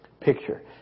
picture